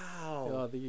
Wow